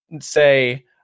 say –